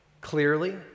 clearly